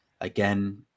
again